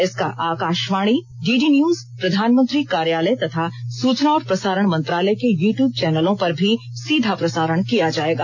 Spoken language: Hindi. इसका आकाशवाणी डीडी न्यूज प्रधानमंत्री कार्यालय तथा सुचना और प्रसारण मंत्रालय के यूट्यूब चैनलों पर भी सीधा प्रसारण किया जायेगा